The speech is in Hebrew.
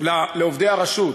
לעובדי הרשות,